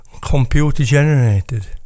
computer-generated